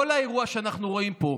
כל האירוע שאנחנו רואים פה,